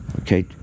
Okay